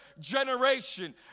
generation